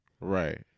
Right